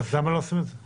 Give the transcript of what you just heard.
למה לא עושים את זה?